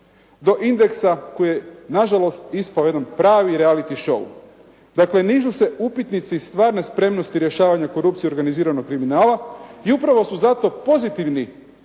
do “Indeksa“ koji je na žalost ispao jedan pravi reality show. Dakle, nižu se upitnici stvarne spremnosti rješavanja korupcije i organiziranog kriminala i upravo su zato pozitivni